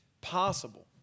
possible